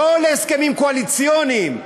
לא להסכמים קואליציוניים.